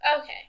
Okay